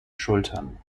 schultern